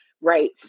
right